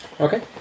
Okay